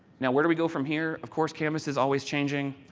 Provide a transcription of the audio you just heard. now, where do we go from here? of course, canvas is always changing.